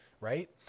Right